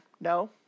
No